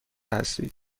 هستید